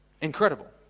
Incredible